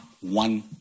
one